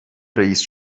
رییس